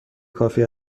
کافی